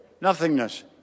Nothingness